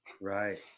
right